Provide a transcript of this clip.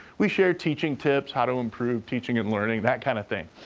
we share teaching tips, how to improve teaching and learning, that kind of thing.